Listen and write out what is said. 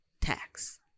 tax